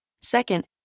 Second